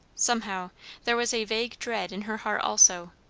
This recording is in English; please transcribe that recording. somehow there was a vague dread in her heart also,